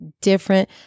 different